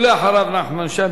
ולאחריו, נחמן שי.